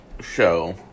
show